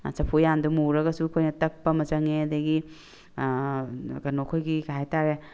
ꯆꯐꯨ ꯎꯌꯥꯟꯗꯣ ꯃꯨꯔꯒꯁꯨ ꯑꯩꯈꯣꯏꯅ ꯇꯥꯛꯄ ꯑꯃ ꯆꯪꯉꯦ ꯑꯗꯨꯗꯒꯤ ꯀꯩꯅꯣ ꯑꯩꯈꯣꯏ ꯀꯔꯤ ꯍꯥꯏꯇꯥꯔꯦ